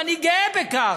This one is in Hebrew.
ואני גאה בכך,